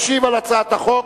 ישיב על הצעת החוק